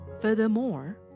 Furthermore